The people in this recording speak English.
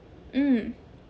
mm